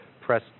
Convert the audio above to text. press